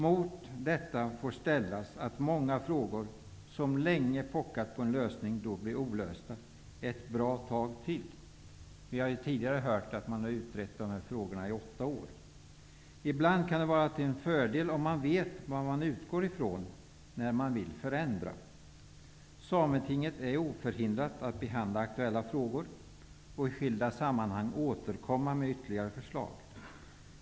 Mot detta får ställas att många frågor som länge har pockat på en lösning då blir olösta ett bra tag till. Vi har tidigare hört att dessa frågor har utretts under åtta år. Ibland kan det vara till fördel om man vet vad man utgår ifrån när man vill förändra. Sametinget är oförhindrat att behandla aktuella frågor och i skilda sammanhang återkomma med ytterliggare förslag.